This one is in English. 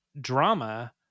drama